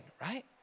right